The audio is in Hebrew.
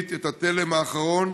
היהודית את התלם האחרון